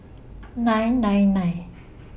nine nine nine